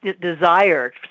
desire